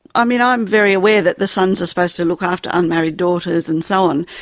i mean, i'm very aware that the sons are supposed to look after unmarried daughters and so on,